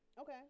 Okay